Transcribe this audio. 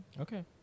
Okay